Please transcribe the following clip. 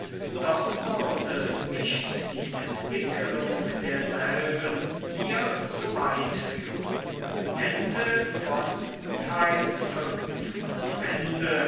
doch würde mich die entwickelung derselben hier zu weit führen